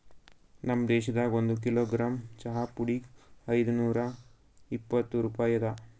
ನಮ್ ದೇಶದಾಗ್ ಒಂದು ಕಿಲೋಗ್ರಾಮ್ ಚಹಾ ಪುಡಿಗ್ ಐದು ನೂರಾ ಇಪ್ಪತ್ತು ರೂಪಾಯಿ ಅದಾ